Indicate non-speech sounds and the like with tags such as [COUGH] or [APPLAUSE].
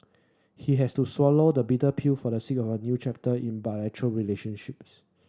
he has to swallow the bitter pill for the sake of a new chapter in [UNINTELLIGIBLE] relationships